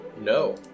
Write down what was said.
No